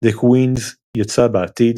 - The Queens - יצא בעתיד